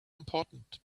important